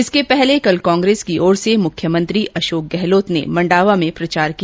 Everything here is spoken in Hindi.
इससे पहले कल कांग्रेस की ओर से मुख्यमंत्री अशोक गहलोत ने मंडावा में प्रचार किया